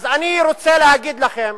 אז אני רוצה להגיד לכם,